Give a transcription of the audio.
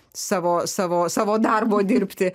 savo savo savo darbo dirbti